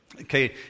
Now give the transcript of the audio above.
okay